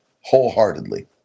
wholeheartedly